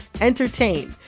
entertain